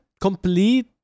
complete